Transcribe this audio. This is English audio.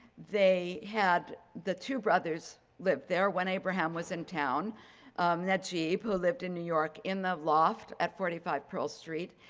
they had the two brothers lived there, when abraham was in town najeeb, who lived in new york in the loft at forty five pearl street,